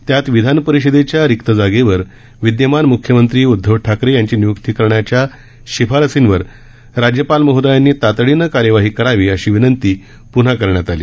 त्यात विधान परिषदेच्या रिक्त जागेवर विदयमान म्ख्यमंत्री उदधव ठाकरे यांची नियुक्ती करण्याच्या शिफारशींवर माननीय राज्यपाल महोदयांनी तातडीने कार्यवाही करावी अशी विनंती प्न्हा करण्यात आली